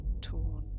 torn